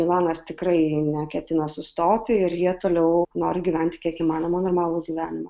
milanas tikrai neketina sustoti ir jie toliau nori gyventi kiek įmanoma normalų gyvenimą